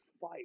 fight